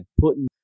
putting